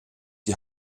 die